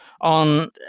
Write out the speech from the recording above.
on